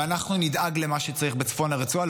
ואנחנו נדאג למה שצריך בצפון הרצועה,